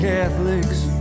Catholics